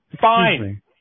Fine